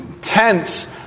tense